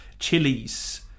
Chilies